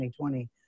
2020